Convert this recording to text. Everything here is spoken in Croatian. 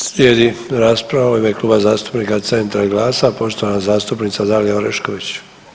Slijedi rasprava u ime Kluba zastupnika Centra i GLAS-a, poštovana zastupnica Dalija Orešković.